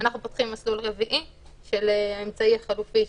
אנחנו פותחים מסלול רביעי של האמצעי החלופי,